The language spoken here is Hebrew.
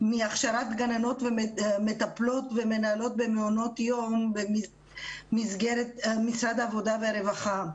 מהכשרת גננות ומטפלות ומנהלות במעונות יום במסגרת משרד העבודה והרווחה.